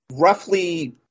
Roughly